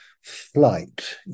flight